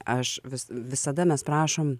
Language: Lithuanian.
aš vis visada mes prašom